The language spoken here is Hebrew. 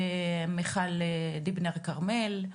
מיכל דיבנר כרמל,